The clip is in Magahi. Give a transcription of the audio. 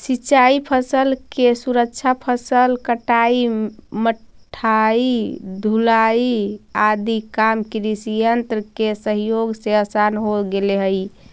सिंचाई फसल के सुरक्षा, फसल कटाई, मढ़ाई, ढुलाई आदि काम कृषियन्त्र के सहयोग से आसान हो गेले हई